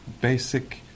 basic